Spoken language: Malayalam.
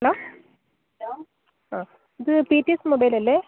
ഹലോ ആ ഇത് പീറ്റീസ് മൊബൈൽ അല്ലേ